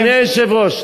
אדוני היושב-ראש,